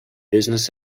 business